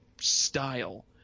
style